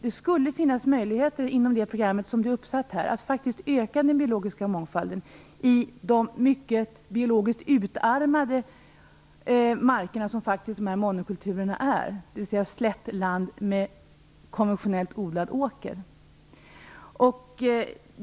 Det skulle kunna finnas möjligheter inom programmet, som det här är uppsatt, att öka den biologiska mångfalden i de mycket biologiskt utarmade markerna som dessa monokulturer är, dvs. slättland med konventionellt odlad åker.